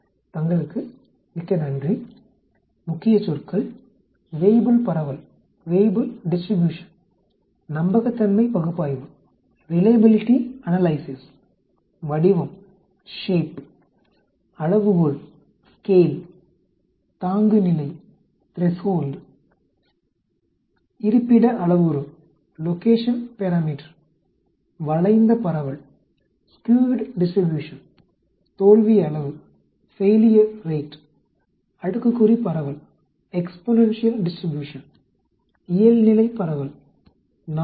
தங்களுக்கு மிக்க நன்றி முக்கியச்சொற்கள் வேய்புல் பரவல் நம்பகத்தன்மை பகுப்பாய்வு வடிவம் அளவுகோள் தாங்குநிலை அல்லது இருப்பிட அளவுரு வளைந்த பரவல் தோல்வி அளவு அடுக்குக்குறி பரவல் இயல்நிலைப் பரவல்